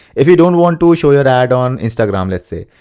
if you don't want to show your ad on instagram. let's say,